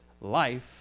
life